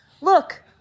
look